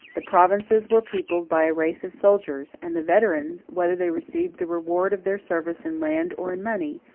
the provinces were peopled by a race of soldiers and the veterans, whether they received the reward of their service in land or in money,